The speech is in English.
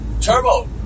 Turbo